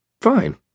Fine